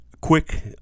quick